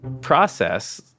process